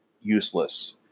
useless